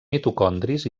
mitocondris